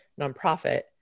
nonprofit